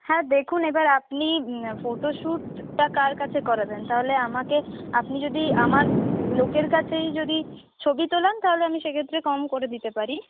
হ্যাঁ দেখুন এবার আপনি ফোটোশুটটা কার কাছে করাবেন তাহলে আমাকে আপনি যদি আমার লোকের কাছেই যদি ছবি তোলান তাহলে আমি সেক্ষেত্রে কম করে দিতে পারি